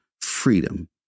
freedom